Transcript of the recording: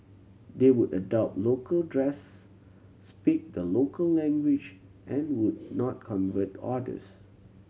they would adopt local dress speak the local language and would not convert others